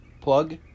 plug